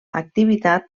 activitat